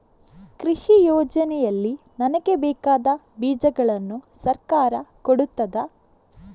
ಕೃಷಿ ಯೋಜನೆಯಲ್ಲಿ ನನಗೆ ಬೇಕಾದ ಬೀಜಗಳನ್ನು ಸರಕಾರ ಕೊಡುತ್ತದಾ?